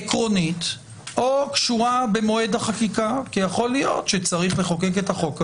גם של האקדמיה ושל כל גורם אזרחי שיבקש להשמיע את קולו דומני